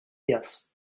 yes